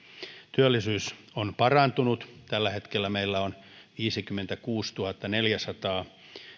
työllisyys on parantunut tällä hetkellä meillä on viisikymmentäkuusituhattaneljäsataa